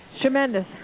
Tremendous